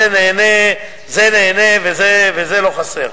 זה נהנה וזה לא חסר.